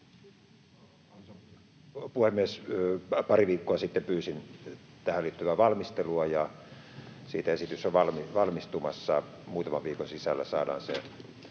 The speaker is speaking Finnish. puhemies! Pari viikkoa sitten pyysin tähän liittyvää valmistelua, ja siitä esitys on valmistumassa. Muutaman viikon sisällä saadaan se